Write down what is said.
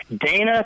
Dana